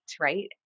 Right